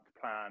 plan